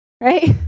right